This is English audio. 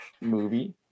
movie